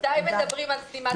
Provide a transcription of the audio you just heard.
אנשים מצלמים היום בכל מקום.